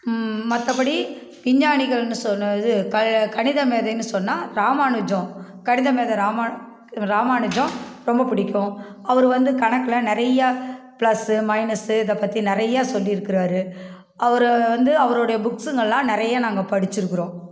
மற்றப்படி விஞ்ஞானிகள்னு சொன்ன இது க கணித மேதைன்னு சொன்னால் ராமானுஜம் கணித மேத ராமா ராமானுஜம் ரொம்ப பிடிக்கும் அவரு வந்து கணக்கில் நிறையா ப்ளஸ்ஸு மைனஸ்ஸு இதைப் பற்றி நிறையா சொல்லியிருக்குறாரு அவரு வந்து அவரோடைய புக்ஸுங்களெல்லாம் நிறையா நாங்கள் படிச்சுருக்குறோம்